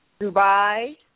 Dubai